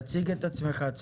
תציג את עצמך.